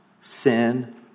Sin